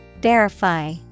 Verify